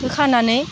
होखानानै